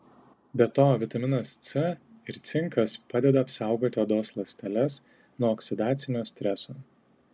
be to vitaminas c ir cinkas padeda apsaugoti odos ląsteles nuo oksidacinio streso